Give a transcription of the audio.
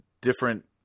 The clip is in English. different